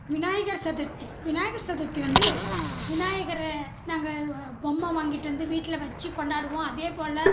விநாயகர் சதுர்த்தி விநாயகர் சதுர்த்தி வந்து விநாயகரை நாங்கள் பொம்மை வாங்கிட்டு வந்து வீட்டில் வச்சு கொண்டாடுவோம் அதேப்போல்